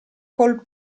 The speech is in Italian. col